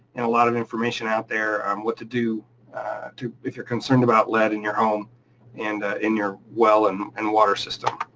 and a lot of information out there on what to do if you're concerned about lead in your home and in your well and and water system.